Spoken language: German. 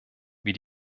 wie